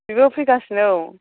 बेबो फैगासिनो औ